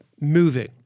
moving